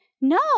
No